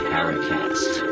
Paracast